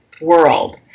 world